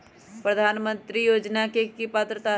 प्रधानमंत्री योजना के की की पात्रता है?